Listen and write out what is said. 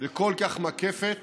וכל כך מקפת